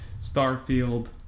Starfield